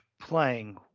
playing